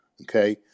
okay